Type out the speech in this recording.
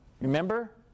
remember